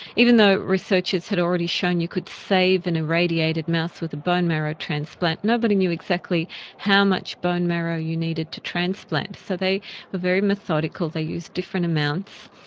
even though researchers had already shown you could save an irradiated mouse with a bone marrow transplant, nobody knew exactly exactly how much bone marrow you needed to transplant. so they were very methodical, they used different amounts.